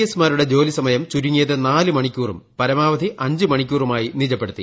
S മാരുടെ ജോലി സമയം ചുരുങ്ങിയത് നാല് മണിക്കൂറും പരമാവധി അഞ്ച് മണിക്കൂറുമായി നിജപ്പെടുത്തി